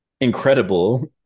incredible